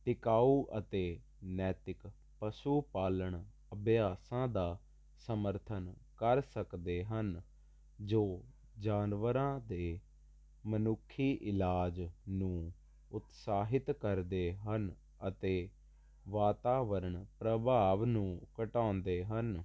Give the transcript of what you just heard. ਟਿਕਾਊ ਅਤੇ ਨੈਤਿਕ ਪਸ਼ੂ ਪਾਲਣ ਅਭਿਆਸਾਂ ਦਾ ਸਮਰਥਨ ਕਰ ਸਕਦੇ ਹਨ ਜੋ ਜਾਨਵਰਾਂ ਦੇ ਮਨੁੱਖੀ ਇਲਾਜ ਨੂੰ ਉਤਸਾਹਿਤ ਕਰਦੇ ਹਨ ਅਤੇ ਵਾਤਾਵਰਣ ਪ੍ਰਭਾਵ ਨੂੰ ਘਟਾਉਂਦੇ ਹਨ